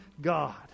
god